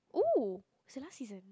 !woo! it's the last season